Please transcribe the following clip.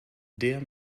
der